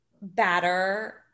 batter